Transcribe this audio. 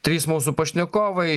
trys mūsų pašnekovai